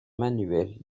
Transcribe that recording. manuels